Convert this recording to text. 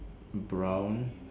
brown